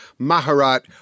Maharat